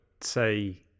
say